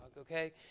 okay